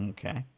Okay